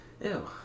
Ew